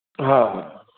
हा